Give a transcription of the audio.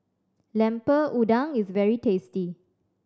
Lemper Udang is very tasty